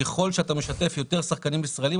וככל שאתה משתף יותר שחקנים ישראלים,